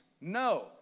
No